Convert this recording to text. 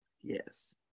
Yes